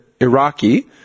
Iraqi